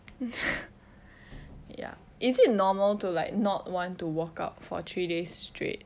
ya is it normal to like not want to work out for three days straight